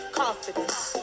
confidence